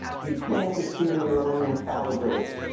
you can't assume your own infallibility.